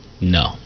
No